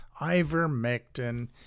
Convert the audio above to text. ivermectin